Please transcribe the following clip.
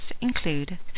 include